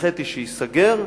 הנחיתי שייסגר,